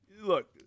look